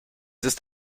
ist